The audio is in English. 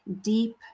deep